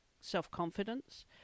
self-confidence